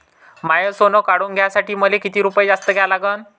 माय सोनं काढून घ्यासाठी मले कितीक रुपये जास्त द्या लागन?